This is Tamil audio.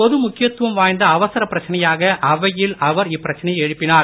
பொது முக்கியத் துவம் வாய்ந்த அவரச பிரச்சனையாக அவையில் அவர் இப்பிரச்சனையை எழுப்பினார்